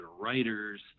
writers